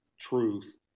truth